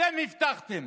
אתם הבטחתם